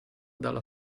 dalla